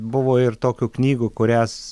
buvo ir tokių knygų kurias